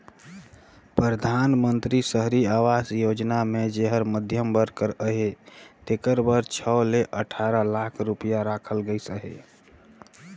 परधानमंतरी सहरी आवास योजना मे जेहर मध्यम वर्ग कर अहे तेकर बर छव ले अठारा लाख रूपिया राखल गइस अहे